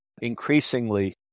increasingly